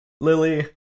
Lily